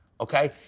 Okay